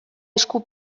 esku